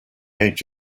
age